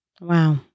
Wow